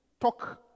talk